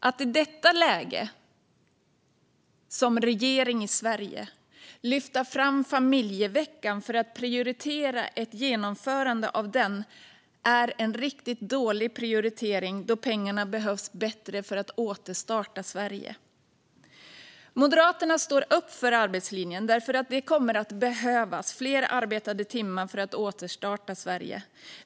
Att i detta läge, som regering i Sverige, lyfta fram familjeveckan för att prioritera ett genomförande av den är en riktigt dålig prioritering, då pengarna behövs bättre för att återstarta Sverige. Moderaterna står upp för arbetslinjen, för det kommer att behövas fler arbetade timmar för att återstarta Sverige.